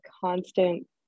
constant